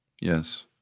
Yes